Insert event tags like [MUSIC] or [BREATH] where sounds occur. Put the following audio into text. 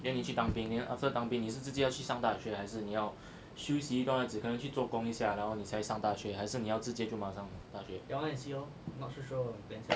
then 你去当兵 then after 当兵你是直接要去上大学还是你要 [BREATH] 休息一段日子可能去做工一下然后你才上大学还是你要直接就马上大学